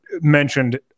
mentioned